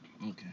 Okay